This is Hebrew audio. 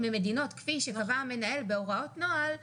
ממדינות כפי שקבע המנהל בהוראות נוהל,